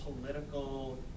political